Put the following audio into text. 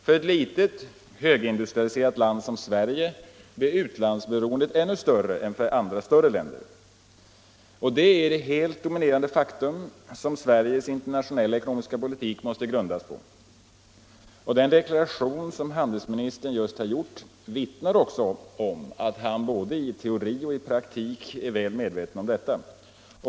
För ett litet, högindustrialiserat land som Sverige blir utlandsberoendet ännu större än för andra länder. Detta är det helt dominerande faktum på vilket Sveriges internationella ekonomiska politik måste grundas. Den deklaration handelsministern just gjort vittnar också om att han både i teori och i praktik är väl medveten om detta.